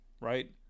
right